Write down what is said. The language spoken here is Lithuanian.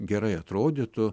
gerai atrodytų